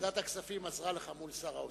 ועדת הכספים עזרה לך מול שר האוצר.